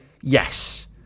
yes